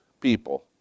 people